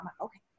okay